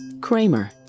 Kramer